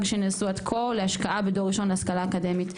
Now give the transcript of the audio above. להשכלה גבוהה שנעשו עד כה להשקעה בדור ראשון להשכלה אקדמית,